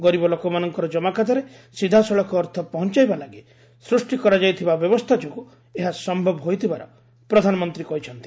ଗରିବ ଲୋକମାନଙ୍କର ଜମାଖାତାରେ ସିଧାସଳଖ ଅର୍ଥ ପହଞ୍ଚାଇବା ଲାଗି ସୃଷ୍ଟି କରାଯାଇଥିବା ବ୍ୟବସ୍ଥା ଯୋଗୁଁ ଏହା ସମ୍ଭବ ହୋଇଥିବାର ପ୍ରଧାନମନ୍ତ୍ରୀ କହିଛନ୍ତି